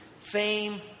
Fame